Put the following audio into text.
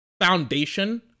foundation